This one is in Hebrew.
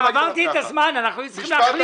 איתן, כבר עברתי את הזמן, היינו צריכים להחליט.